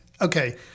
okay